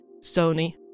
Sony